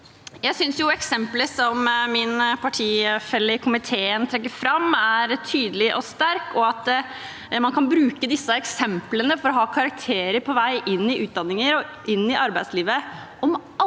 Jeg synes eksemplet som min partifelle i komiteen trekker fram, er tydelig og sterkt, og at man kan bruke disse eksemplene for å ha karakterer på vei inn i utdanninger og inn i arbeidslivet om alle